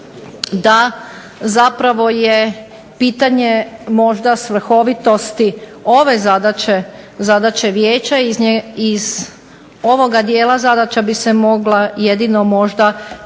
da zapravo je pitanje možda svrhovitosti ove zadaće, zadaće Vijeća. Iz ovoga dijela zadaća bi se mogla jedino možda